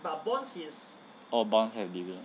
oh bonds have dividends